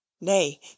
nay